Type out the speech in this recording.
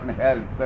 help